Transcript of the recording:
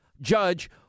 judge